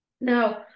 now